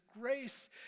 grace